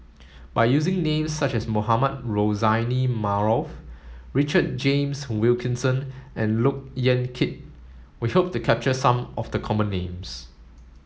by using names such as Mohamed Rozani Maarof Richard James Wilkinson and Look Yan Kit we hope to capture some of the common names